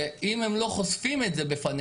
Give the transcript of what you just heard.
שאם הם לא חושפים את זה בפניכם,